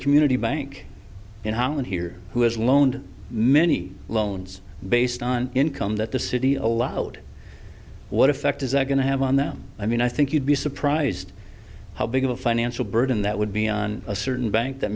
community bank in holland here who has loaned many loans based on income that the city allowed what effect is that going to have on them i mean i think you'd be surprised how big of a financial burden that would be on a certain bank that